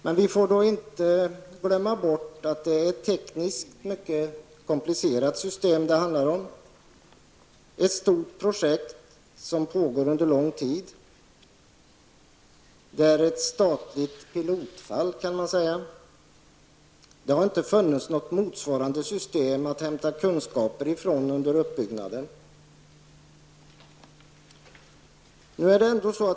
Men vi får inte glömma bort att det är ett tekniskt mycket komplicerat system det handlar om, ett stort projekt som pågår under lång tid. Man kan säga att det är ett statligt pilotfall. Det har inte funnits något motsvarande system att hämta kunskaper från under uppbyggnaden.